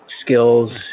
skills